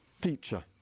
teacher